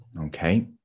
Okay